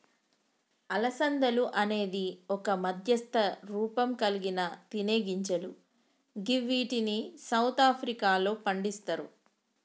అలసందలు అనేది ఒక మధ్యస్థ రూపంకల్గిన తినేగింజలు గివ్విటిని సౌత్ ఆఫ్రికాలో పండిస్తరు